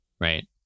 Right